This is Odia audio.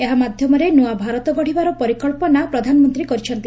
ଏହା ମାଧ୍ୟମରେ ନ୍ତଆ ଭାରତ ଗଢିବାର ପରିକ୍୍ ନା ପ୍ରଧାନମନ୍ତୀ କରିଛନ୍ତି